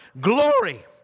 Glory